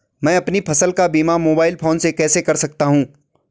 मैं अपनी फसल का बीमा मोबाइल फोन से कैसे कर सकता हूँ?